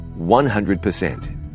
100%